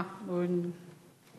וגם חבר הכנסת מגלי והבה.